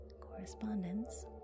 Correspondence